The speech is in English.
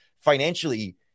financially